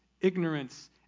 ignorance